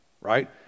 right